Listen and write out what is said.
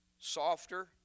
softer